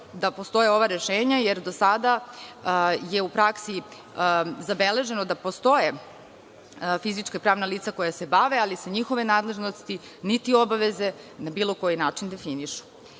da postoje ova rešenja, jer do sada je u praksi zabeleženo da postoje fizička i pravna lica koja se bave, ali sa njihove nadležnosti, niti obaveze na bilo koji način definišu. Svakako